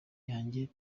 yanjye